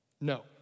No